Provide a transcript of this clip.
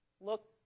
look